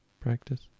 practice